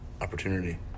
opportunity